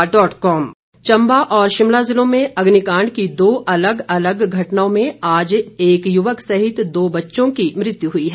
अग्निकांड चंबा और शिमला ज़िलों में अग्निकांड की दो अलग अलग घटनाओं में आज एक युवक सहित दो बच्चों की मृत्यु हुई है